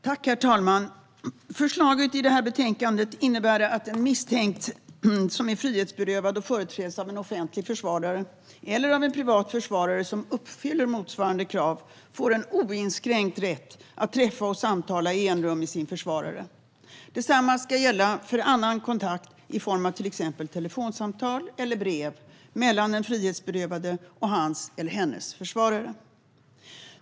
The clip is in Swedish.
Herr talman! Förslaget i detta betänkande innebär att en misstänkt som är frihetsberövad och företräds av en offentlig försvarare - eller av en privat försvarare som uppfyller motsvarande krav - får en oinskränkt rätt att träffa och samtala i enrum med sin försvarare. Detsamma ska gälla för annan kontakt i form av till exempel telefonsamtal eller brev mellan den frihetsberövade och hans eller hennes försvarare.